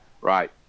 right